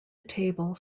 table